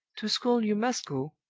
to school you must go,